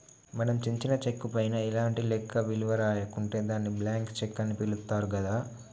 మనం చించిన చెక్కు పైన ఎలాంటి లెక్క విలువ రాయకుంటే దాన్ని బ్లాంక్ చెక్కు అని పిలుత్తారు గదా